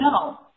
no